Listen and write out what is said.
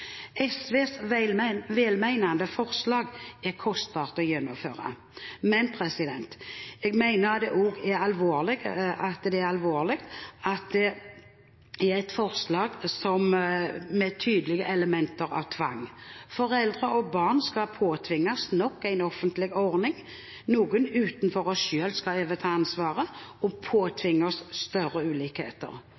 forslag er kostbart å gjennomføre. Men jeg mener det også er alvorlig at det er et forslag med tydelige elementer av tvang. Foreldre og barn skal påtvinges nok en offentlig ordning – noen utenfor oss selv skal overta ansvaret og «påtvinge» oss større